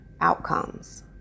outcomes